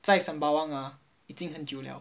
在 sembawang ah 已经很久了:yi jing hen jiule